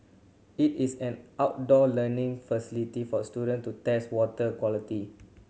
it is an outdoor learning facility for student to test water quality